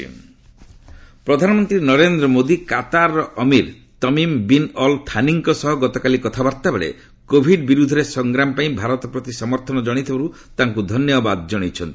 PM Qatar ଅମିର ପ୍ରଧାନମନ୍ତ୍ରୀ Narendra Modi Qatar ର ଅମିର ତମିମ ବିନ୍ ଅଲ୍ ଥାନୀ ଙ୍କ ସହ ଗତକାଲି କଥାବାର୍ତ୍ତା ବେଳେ କୋଭିଡ ବିରୁଦ୍ଧରେ ସଂଗ୍ରାମ ପାଇଁ ଭାରତ ପ୍ରତି ସମର୍ଥନ ଜଣାଇଥିବାରୁ ତାଙ୍କୁ ଧନ୍ୟବାଦ ଜଣାଇଛନ୍ତି